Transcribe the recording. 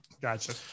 Gotcha